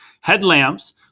Headlamps